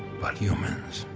but humans,